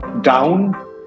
down